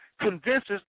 convinces